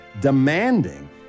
demanding